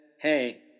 hey